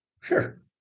Sure